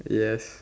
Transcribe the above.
yes